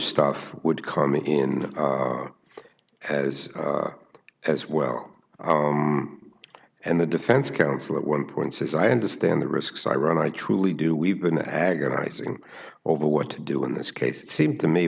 stuff would come in as as well and the defense counsel at one point says i understand the risks i run i truly do we've been agonizing over what to do in this case it seemed to me